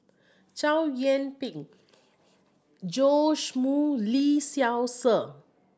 Chow Yian Ping Joash Moo Lee Seow Ser